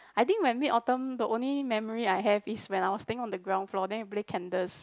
I think my Mid Autumn the only memory I have is when I was staying on the ground floor then we play candles